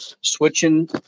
switching